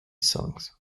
songs